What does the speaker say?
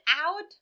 out